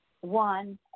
One